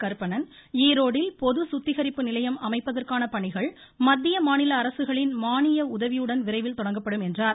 கருப்பணன் ஈரோடில் பொது சுத்திகரிப்பு நிலையம் அமைப்பதற்கான பணிகள் மத்திய மாநில அரசுகளின் மானிய உதவியுடன் விரைவில் தொடங்கப்படும் என்றார்